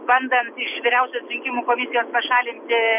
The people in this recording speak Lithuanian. bandant iš vyriausios rinkimų komisijos pašalinti